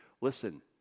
Listen